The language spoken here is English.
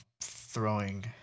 throwing